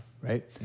right